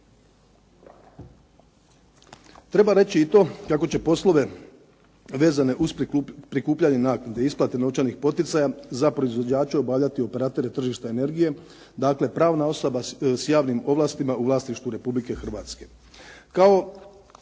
Treba reći i to kako će poslove vezane uz prikupljanje naknade, isplate novčanih poticaja za proizvođače obavljati operateri tržišta energije. Dakle, pravna osoba sa javnim ovlastima u vlasništvu Republike Hrvatske.